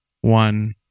one